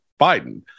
Biden